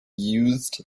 used